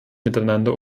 miteinander